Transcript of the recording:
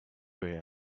grey